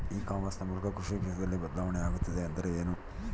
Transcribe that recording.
E commerce ನ ಮೂಲಕ ಕೃಷಿ ಕ್ಷೇತ್ರದಲ್ಲಿ ಬದಲಾವಣೆ ಆಗುತ್ತಿದೆ ಎಂದರೆ ಏನು?